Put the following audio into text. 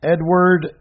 Edward